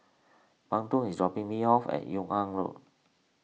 Benton is dropping me off at Yung An Road